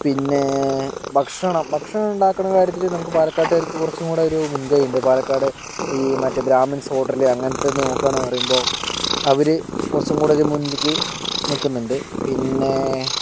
പിന്നെ ഭക്ഷണം ഭക്ഷണം ഉണ്ടാക്കണ കാര്യത്തിൽ നമുക്ക് പാലക്കാട്ടുകാർക്ക് കുറച്ചും കൂടെ ഒരു മുൻകൈ ഉണ്ട് പാലക്കാട് ഈ മറ്റേ ബ്രഹ്മിൻസ് ഹോട്ടല് അങ്ങനത്തെ നോക്കുകയാണ് എന്ന് പറയുമ്പോൾ അവര് കുറച്ചും കൂടെ ഒരു മുന്നിലേക്ക് നിൽക്കുന്നുണ്ട് പിന്നെ